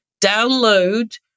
download